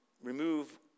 remove